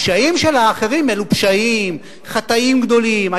הפשעים של אחרים אלו פשעים, חטאים גדולים.